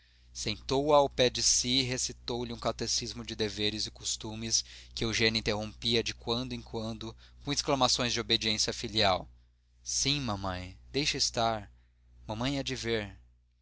sentou a ao pé de si e recitou lhe um catecismo de deveres e costumes que eugênia interrompia de quando em quando com exclamações de obediência filial sim mamãe deixe estar mamãe há de ver